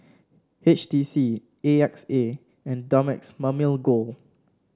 H T C A X A and Dumex Mamil Gold